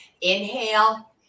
Inhale